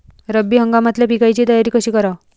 रब्बी हंगामातल्या पिकाइची तयारी कशी कराव?